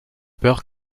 peur